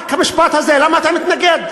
רק המשפט הזה, למה אתה מתנגד?